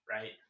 right